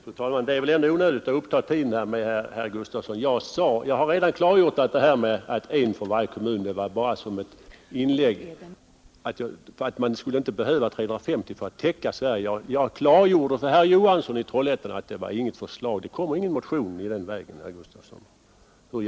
Fru talman! Det är väl ändå onödigt att uppta tiden på det sätt som herr Gustavsson i Eskilstuna gjorde. Jag har redan klargjort att talet om en riksdagsledamot från varje kommun bara var ett inlägg i debatten för att klargöra att det inte behövs 350 ledamöter för att täcka Sverige. Jag framhöll för herr Johansson i Trollhättan att det inte var något förslag. Det kommer ingen motion om detta, herr Gustavsson.